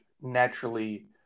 naturally